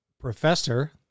professor